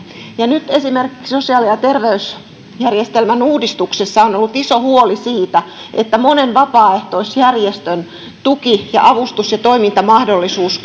ja nyt esimerkiksi sosiaali ja ja terveysjärjestelmän uudistuksessa on ollut iso huoli siitä että monen vapaaehtoisjärjestön tuki avustus ja toimintamahdollisuus